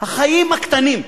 החיים הקטנים.